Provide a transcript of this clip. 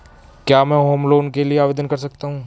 क्या मैं home loan के लिए आवेदन कर सकता हूं?